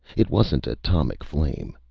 it wasn't atomic flame.